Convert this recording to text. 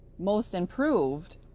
most improved